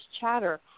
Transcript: chatter